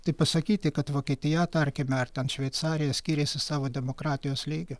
tai pasakyti kad vokietija tarkime ar ten šveicarija skiriasi savo demokratijos lygiu